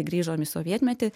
grįžom į sovietmetį